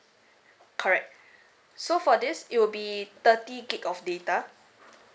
correct so for this it will be thirty G_B of data